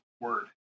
Word